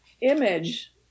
image